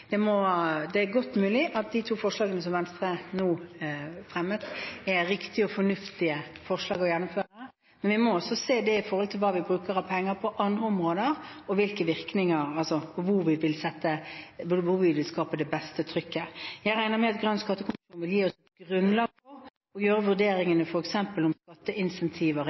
må se disse forslagene i sammenheng. Det er godt mulig at de to forslagene som Venstre nå fremmet, er riktige og fornuftige forslag å gjennomføre, men vi må se det i forhold til hva vi bruker av penger på andre områder og virkningene, altså hvor vi vil skape det beste trykket. Jeg regner med at Grønn skattekommisjon vil gi oss et grunnlag til å gjøre vurderinger, f.eks. om